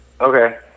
Okay